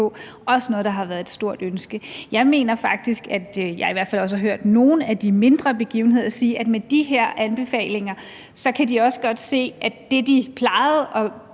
også har været et stort ønske om. Jeg mener faktisk, at jeg i hvert fald også har hørt folk fra nogle af de mindre begivenheder sige, at med de her anbefalinger kan de også godt se, at det, de plejede at